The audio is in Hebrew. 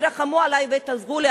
תרחמו עלי ותעזרו לי.